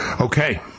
Okay